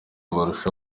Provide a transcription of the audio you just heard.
barusha